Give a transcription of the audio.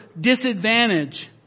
disadvantage